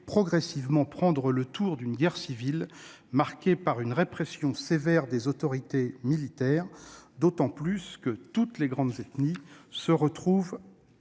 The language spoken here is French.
progressivement prendre le tour d'une guerre civile marquée par une répression sévère des autorités militaires, d'autant plus que toutes les grandes ethnies participent